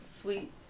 sweet